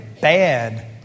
bad